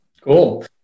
Cool